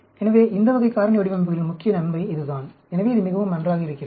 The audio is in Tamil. எனவே இந்த வகை காரணி வடிவமைப்புகளின் முக்கிய நன்மை இதுதான் எனவே இது மிகவும் நன்றாக இருக்கிறது